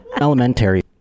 Elementary